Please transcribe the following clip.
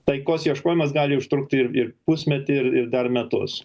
taikos ieškojimas gali užtrukti ir ir pusmetį ir ir dar metus